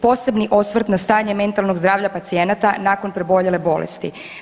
Posebni osvrt na stanje mentalnog zdravlja pacijenata nakon preboljele bolesti.